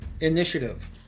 Initiative